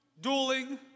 dueling